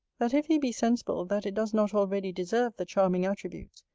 that if he be sensible that it does not already deserve the charming attributes,